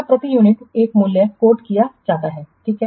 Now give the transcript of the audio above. तब प्रति यूनिट एक मूल्य उद्धृत किया जाता है ठीक है